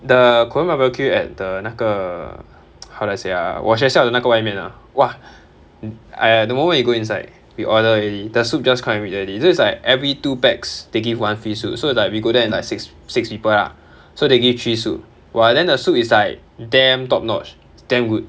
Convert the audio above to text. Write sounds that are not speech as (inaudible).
the korean barbecue at 的那个 (noise) how do I say ah 我学校的那个外面 ah !wah! !aiya! the moment you go inside we order already the soup just come immediately so it's like every two pax they give one free soup so like we go there and in like six six people ah so they give three soup !wah! then the soup is like damn top notch it's damn good